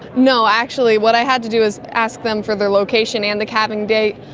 no, actually what i had to do was ask them for the location and the calving date,